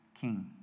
king